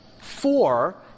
Four